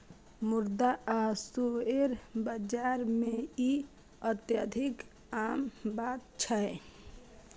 मुद्रा आ शेयर बाजार मे ई अत्यधिक आम बात छै